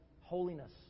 holiness